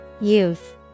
Youth